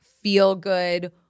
feel-good